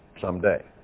someday